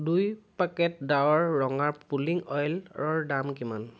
দুই পেকেট ডাবৰ ৰঙা পুলিং অইলৰ দাম কিমান